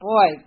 Boy